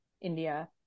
India